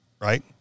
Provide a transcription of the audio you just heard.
Right